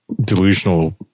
delusional